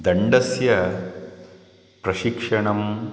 दण्डस्य प्रशिक्षणम्